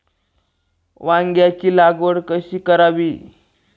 वांग्यांची लागवड कशी करावी?